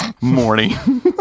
morning